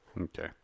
Okay